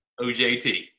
OJT